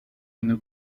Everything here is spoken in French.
une